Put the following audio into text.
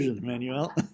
Manuel